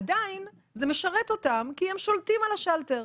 עדיין זה משרת אותם כי הם שולטים על השלטר.